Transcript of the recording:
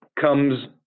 comes